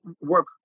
work